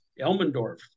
Elmendorf